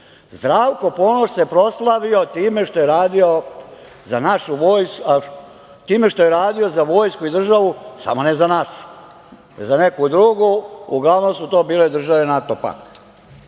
Zdravko Ponoš se proslavio time što je radio za vojsku i državu samo ne za našu, već za nek drugu. Uglavnom su to bile države NATO pakta.